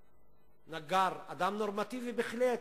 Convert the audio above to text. נגר, אדם נורמטיבי בהחלט,